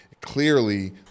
clearly